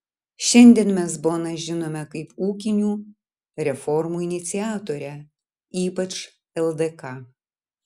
šiandien mes boną žinome kaip ūkinių reformų iniciatorę ypač ldk